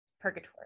purgatory